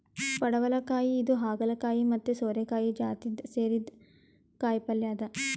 ಪಡವಲಕಾಯಿ ಇದು ಹಾಗಲಕಾಯಿ ಮತ್ತ್ ಸೋರೆಕಾಯಿ ಜಾತಿಗ್ ಸೇರಿದ್ದ್ ಕಾಯಿಪಲ್ಯ ಅದಾ